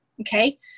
Okay